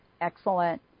Excellent